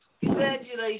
Congratulations